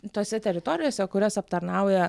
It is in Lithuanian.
tose teritorijose kurias aptarnauja